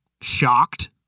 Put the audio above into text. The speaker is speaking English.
shocked